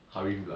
harith blood